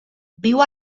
viu